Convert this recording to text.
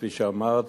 כפי שאמרת,